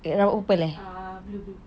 ah bloom bloom bloom